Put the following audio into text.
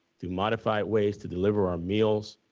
through modified ways to deliver our meals,